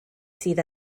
sydd